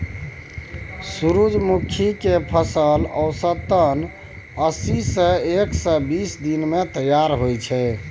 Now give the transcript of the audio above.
सूरजमुखी केर फसल औसतन अस्सी सँ एक सय बीस दिन मे तैयार होइ छै